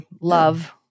love